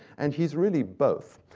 and he's really both.